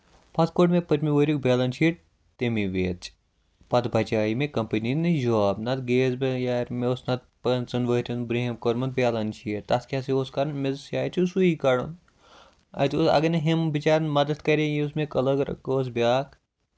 اَز کوٚر مےٚ پٔتمہِ ؤریُک بیلَنس شیٖٹ تَمی وِِزِ پَتہٕ بَچے مےٚ کَمپٔنی ہِنٛدۍ جاب نتہٕ گٔیس بہٕ یارٕ مےٚ اوس نتہٕ پانٛژن ؤرین برٛوٗنٛہِم کوٚرمُت بیلنس شیٖٹ تَتھ کیٛاہ سا اوس کَرُن مےٚ دوٚپُس شاید چھُس سُے کَڈُن اَتہِ اوس اَگر نہٕ یمٔۍ بِچارن مدتھ کَرے یُس مےٚ کٔلٲرٕک اوس بیٛاکھ